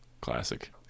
classic